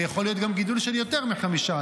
ויכול להיות גם גידול של יותר מ-15%.